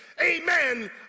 amen